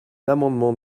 amendement